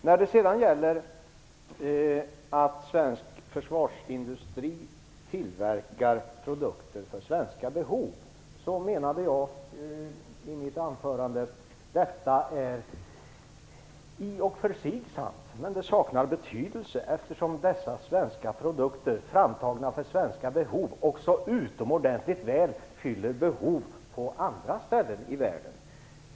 När det sedan gäller att svensk försvarsindustri tillverkar produkter för svenska behov, menade jag i mitt huvudanförande att detta är i och för sig sant men att det saknar betydelse. Dessa svenska produkter, framtagna för svenska behov, fyller utomordentligt väl behov också på andra ställen i världen.